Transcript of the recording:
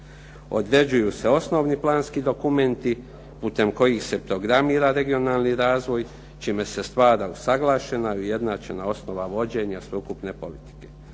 Određuju se osnovni planski dokumenti putem kojih se programira regionalni razvoj čime se stvar usaglašena i ujednačena osnova vođenja sveukupne politike